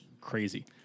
crazy